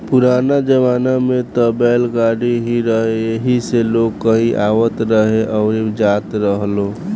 पुराना जमाना में त बैलगाड़ी ही रहे एही से लोग कहीं आवत रहे अउरी जात रहेलो